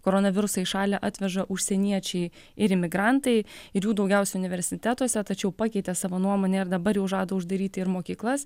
koronavirusą į šalį atveža užsieniečiai ir imigrantai ir jų daugiausia universitetuose tačiau pakeitė savo nuomonę ir dabar jau žada uždaryti ir mokyklas